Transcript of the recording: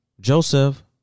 Joseph